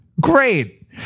great